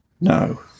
no